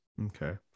Okay